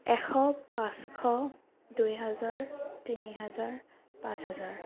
এশ পাঁচশ দুই হাজাৰ তিনি হাজাৰ পাঁচ হাজাৰ